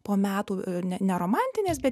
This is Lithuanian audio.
po metų ne ne romantinės bet